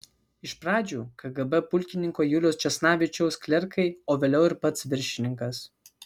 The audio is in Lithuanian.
iš pradžių kgb pulkininko juliaus česnavičiaus klerkai o vėliau ir pats viršininkas